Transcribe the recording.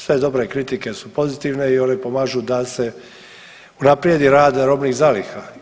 Sve dobre kritike su pozitivne i one pomažu da se unaprijedi rad robnih zaliha.